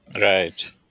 Right